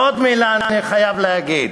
עוד מילה אני חייב להגיד: